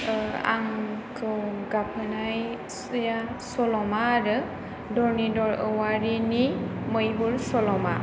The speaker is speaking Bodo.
आंखौ गाबहोनाय सल'मा आरो धरनिधर औवारिनि मैहुर सल'मा